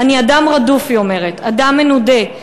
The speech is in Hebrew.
"'אני אדם רדוף', היא אומרת, 'אדם מנודה'.